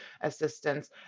assistance